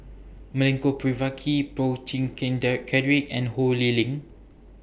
Milenko Prvacki Boo Chee Keng Derek Cedric and Ho Lee Ling